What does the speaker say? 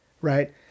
Right